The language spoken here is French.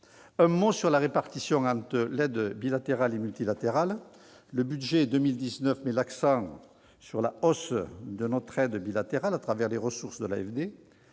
un mot sur la répartition entre l'aide bilatérale et multilatérale. Le budget pour 2019 met l'accent sur la hausse de notre aide bilatérale, à travers les ressources de l'AFD.